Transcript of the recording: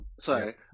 sorry